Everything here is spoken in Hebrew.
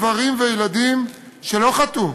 גברים וילדים שלא חטאו.